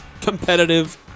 competitive